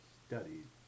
studies